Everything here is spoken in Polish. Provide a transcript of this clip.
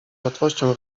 łatwością